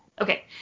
okay